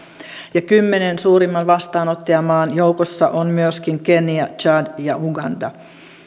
ja kymmenen suurimman vastaanottajamaan joukossa ovat myöskin kenia tsad ja uganda